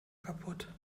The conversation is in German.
kaputt